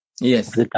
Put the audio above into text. Yes